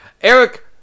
eric